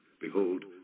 Behold